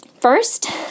First